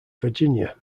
virginia